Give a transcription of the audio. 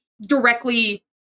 directly